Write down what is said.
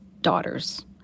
daughters